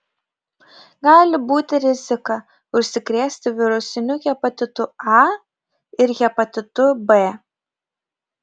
gali būti rizika užsikrėsti virusiniu hepatitu a ir hepatitu b